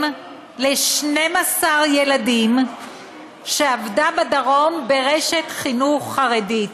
ל-12 ילדים שעבדה בדרום ברשת חינוך חרדית.